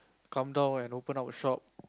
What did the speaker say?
come down and open up a shop